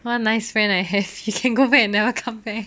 what a nice friend I have you can go back and never come back